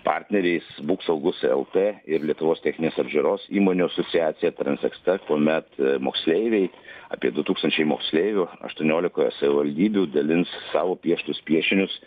partneriais būk saugus lt ir lietuvos techninės apžiūros įmonių asociacija transeksta kuomet moksleiviai apie du tūkstančiai moksleivių aštuoniolikoje savivaldybių dalins savo pieštus piešinius